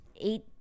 eight